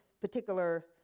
particular